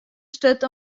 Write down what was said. sturt